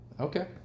Okay